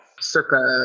circa